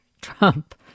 Trump